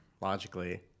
logically